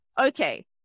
okay